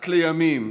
רק לימים